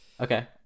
Okay